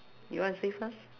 you want to say first